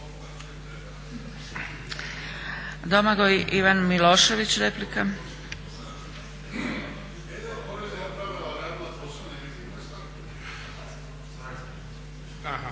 Domagoj Ivan Milošević, replika.